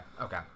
okay